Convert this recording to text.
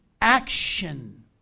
action